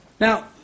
Now